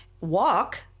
walk